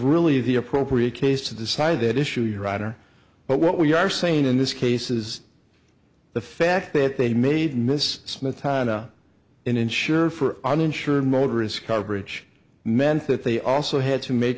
really the appropriate case to decide that issue your honor but what we are saying in this case is the fact that they made miss smith ana and insured for uninsured motorist coverage meant that they also had to make